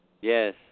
yes